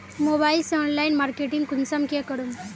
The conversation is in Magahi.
मोबाईल से ऑनलाइन मार्केटिंग कुंसम के करूम?